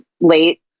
late